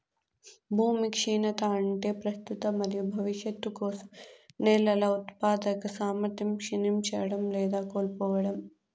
భూమి క్షీణత అంటే ప్రస్తుత మరియు భవిష్యత్తు కోసం నేలల ఉత్పాదక సామర్థ్యం క్షీణించడం లేదా కోల్పోవడం